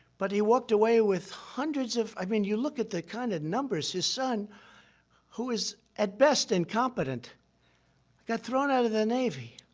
but he walked away with hundreds of i mean, you look at the kind of numbers his son who is, at best, incompetent got thrown out of the navy.